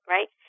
Right